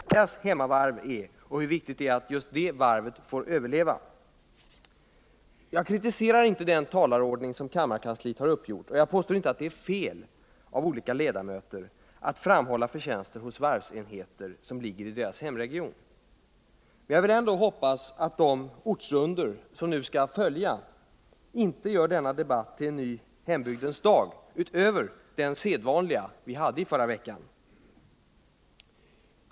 Fru talman! Den talarlista som gäller vid dagens debatt belyser på sätt och viss i ett nötskal hur varvsdebatten hittills i stor utsträckning förts. Efter de olika utskottstalesmännen har ledamöterna grupperats ort för ort. Avsikten är tydlig: representanter från i tur och ordning Malmö, Malmöhus län, Blekinge, Göteborg och sist — i det här sammanhanget — Stockholm förväntas deklarera hur förträffligt just deras hemmavarv är och hur viktigt det är att just det varvet får överleva. Jag kritiserar inte den talarordning som kammarkansliet har uppgjort, och jag påstår inte att det är fel av olika ledamöter att framhålla förtjänster hos varvsenheter som ligger i deras hemmaregion. Men jag vill ändå hoppas att de ortsrundor som nu skall följa inte gör denna debatt till en ny hembygdens dag, utöver den sedvanliga, som vi hade i förra veckan.